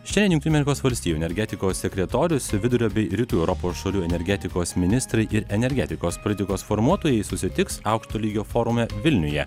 šiandien jungtinių amerikos valstijų energetikos sekretorius vidurio bei rytų europos šalių energetikos ministrai ir energetikos politikos formuotojai susitiks aukšto lygio forume vilniuje